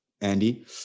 Andy